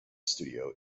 studio